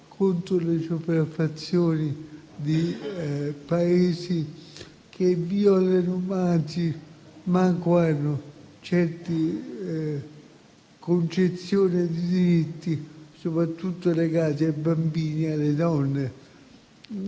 contro le sopraffazioni di Paesi che violano, anzi che neanche possiedono certe concezioni di diritti, soprattutto legati ai bambini e alle donne.